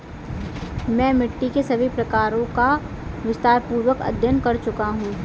मैं मिट्टी के सभी प्रकारों का विस्तारपूर्वक अध्ययन कर चुका हूं